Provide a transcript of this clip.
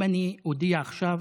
אם אני אודיע עכשיו